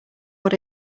what